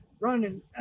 running